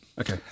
Okay